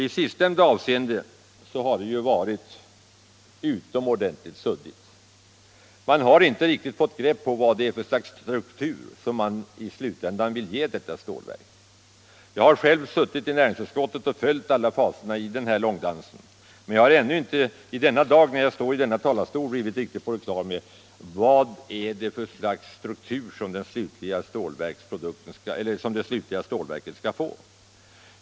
I sistnämnda avseende har målsättningen varit utomordentligt suddig: vi har inte kunnat få något grepp om vad det är för slags struktur som detta stålverk i slutändan skall ges. Jag har själv suttit i näringsutskottet och följt alla faserna i den långdansen, men jag har ännu inte i denna dag, när jag nu står i denna talarstol, blivit riktigt på det klara med vilken struktur det slutliga stålverket kommer att få.